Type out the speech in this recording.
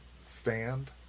stand